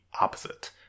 opposite